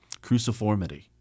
Cruciformity